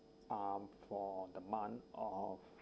um for the month of